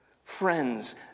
Friends